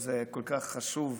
וזה כל כך חשוב,